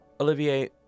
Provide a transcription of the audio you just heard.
Olivier